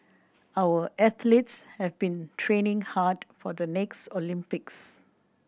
our athletes have been training hard for the next Olympics